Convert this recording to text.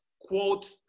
quote